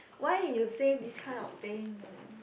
why you say this kind of thing